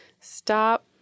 stop